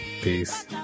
peace